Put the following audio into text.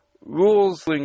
rules